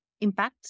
impact